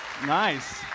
Nice